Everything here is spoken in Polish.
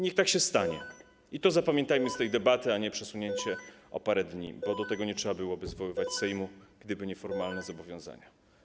Niech tak się stanie i to zapamiętajmy z tej debaty, a nie przesunięcie terminu o parę dni, bo do tego nie trzeba byłoby zwoływać Sejmu, gdyby nie formalne zobowiązania.